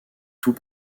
tous